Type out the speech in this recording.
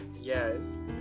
Yes